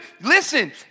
listen